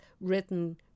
written